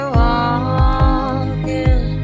walking